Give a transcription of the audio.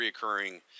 reoccurring